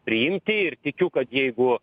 priimti ir tikiu kad jeigu